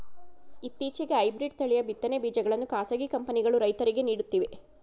ಇತ್ತೀಚೆಗೆ ಹೈಬ್ರಿಡ್ ತಳಿಯ ಬಿತ್ತನೆ ಬೀಜಗಳನ್ನು ಖಾಸಗಿ ಕಂಪನಿಗಳು ರೈತರಿಗೆ ನೀಡುತ್ತಿವೆ